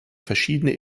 verschiedene